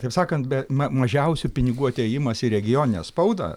taip sakant be ma mažiausių pinigų atėjimas į regioninę spaudą